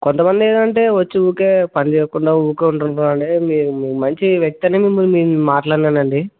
కొంతమంది ఏంటంటే వచ్చి ఊరికే పని చేయకుండా ఊరికే ఉంటారు కదండి మీరు మంచి వ్యక్తి అనే నేను మిమ్మల్ని మాట్లాడినాను అండి